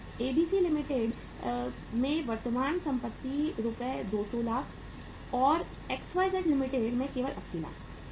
ABC limited में वर्तमान संपत्ति रु 200 लाख और एक्सवाईजेड लिमिटेड में केवल 80 लाख